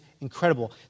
incredible